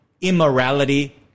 immorality